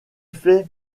fait